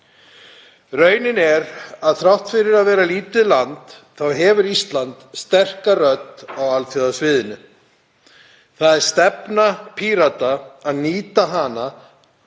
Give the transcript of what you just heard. Raunin er að þrátt fyrir að vera lítið land þá hefur Ísland sterka rödd á alþjóðasviðinu. Það er stefna Pírata að nýta hana